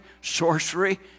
sorcery